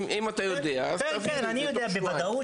אם אתה יודע, אז תעביר אלינו את